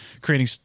creating